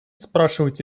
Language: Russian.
спрашивать